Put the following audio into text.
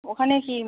ওখানে কি